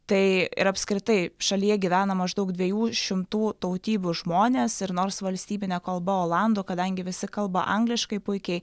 tai ir apskritai šalyje gyvena maždaug dviejų šimtų tautybių žmonės ir nors valstybinė kalba olandų kadangi visi kalba angliškai puikiai